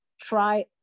try